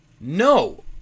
no